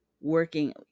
working